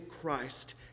Christ